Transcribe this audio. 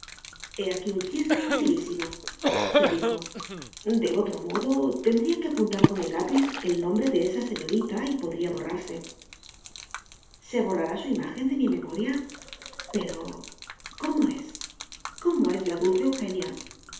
aquí un chisme utilísimose dijo de otro modo tendría que apuntar con lápiz el nombre de esa señorita y podría borrarse se borrará su imagen de mi memoria pero cómo es cómo es la dulce eugenia